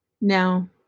Now